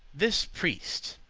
this priest,